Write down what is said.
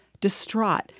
Distraught